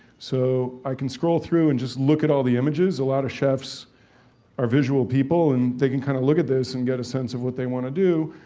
so, i can scroll through and just look at all the images. a lot of chefs are visual people and they can kinda kind of look at this and get a sense of what they wanna do,